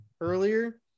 earlier